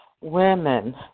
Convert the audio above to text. women